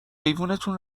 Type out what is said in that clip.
ایوونتون